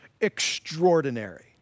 Extraordinary